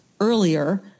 earlier